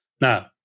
Now